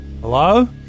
Hello